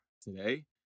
today